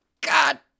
God